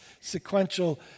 sequential